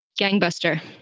Gangbuster